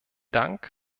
dank